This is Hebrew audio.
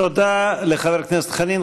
תודה לחבר הכנסת חנין.